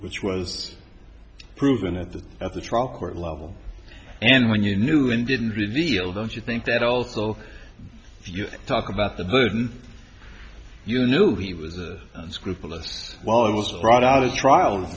which was proven at the at the trial court level and when you knew and didn't reveal don't you think that also if you talk about the burden you know he was scrupulous while it was brought out of the trial